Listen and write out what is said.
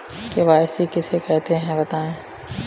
KYC किसे कहते हैं बताएँ?